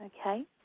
Okay